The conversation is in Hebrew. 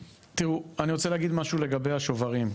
תראו, אני רוצה להגיד משהו לגבי השוברים.